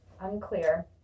Unclear